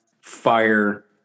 fire